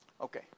Okay